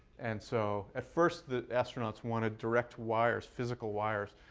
and so at first, the astronauts wanted direct wires, physical wires,